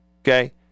Okay